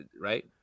right